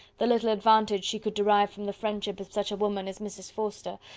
the little advantage she could derive from the friendship of such a woman as mrs. forster,